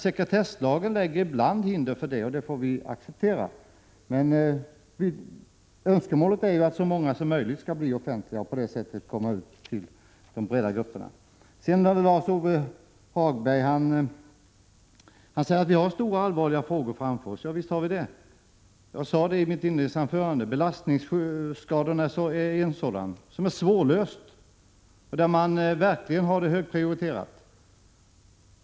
Sekretesslagen lägger ibland hinder för detta, och det får vi acceptera. Önskemålet är dock att så många som möjligt av resultaten skall bli offentliga och på det sättet komma till de breda gruppernas kännedom. Lars-Ove Hagberg säger att vi har stora, allvarliga frågor framför oss. Ja, visst har vi det. Jag sade i mitt inledningsanförande att belastningsskadorna är ett sådant svårlöst problem som verkligen är högt prioriterat.